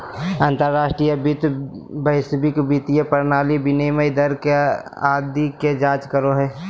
अंतर्राष्ट्रीय वित्त वैश्विक वित्तीय प्रणाली, विनिमय दर आदि के जांच करो हय